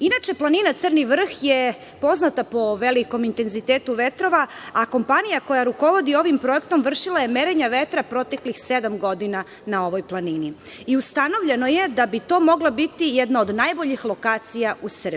Inače, planina Crni Vrh je poznata po velikom intenzitetu vetrova, a kompanija koja rukovodi ovim projektom vršila je merenje vetra proteklih sedam godina na ovoj planini. Ustanovljeno je da bi to mogla biti jedna od najboljih lokacija u Srbiji.